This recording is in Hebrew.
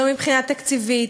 לא מבחינה תקציבית,